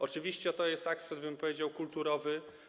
Oczywiście to jest aspekt, powiedziałbym, kulturowy.